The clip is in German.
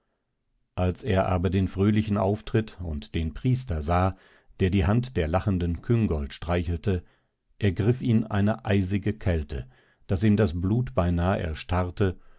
als er aber den fröhlichen auftritt und den priester sah der die hand der lachenden küngolt streichelte ergriff ihn eine eisige kälte daß ihm das blut beinah erstarrte